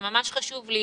זה ממש חשוב לי.